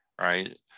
right